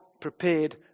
prepared